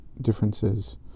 differences